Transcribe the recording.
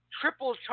triple